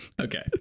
Okay